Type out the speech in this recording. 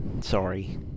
sorry